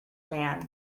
man